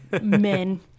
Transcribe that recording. men